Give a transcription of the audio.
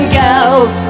girls